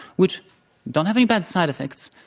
which don't have any bad side effects,